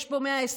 יש בו 120,